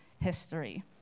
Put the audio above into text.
history